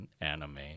anime